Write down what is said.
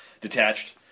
detached